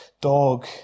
dog